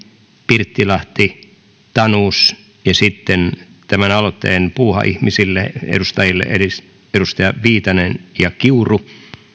pirttilahti tanus ja sitten tämän aloitteen puuhaihmisille edustajille viitanen ja kiuru